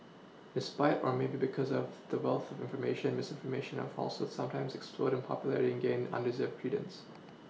despite or maybe because of the wealth of information misinformation and falsehoods sometimes explode in popular ring gain undeserved credence